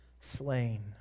slain